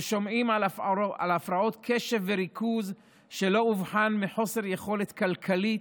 ושומעים על הפרעות קשב וריכוז שלא אובחנו מחוסר יכולת כלכלית,